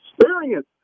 experience